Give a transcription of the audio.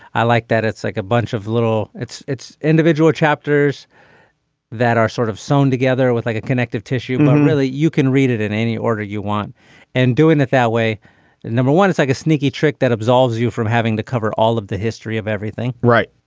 i like that it's like a bunch of little it's it's individual chapters that are sort of sewn together with like a connective tissue really. you can read it in any order you want and doing it that way. and number one it's like a sneaky trick that absolves you from having to cover all of the history of everything right.